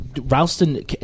Ralston